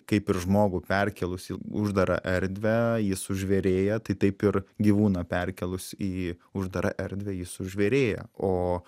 kaip ir žmogų perkėlus į uždarą erdvę jis sužvėrėja tai taip ir gyvūną perkėlus į uždarą erdvę jis sužvėrėja o